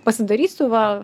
pasidarysiu va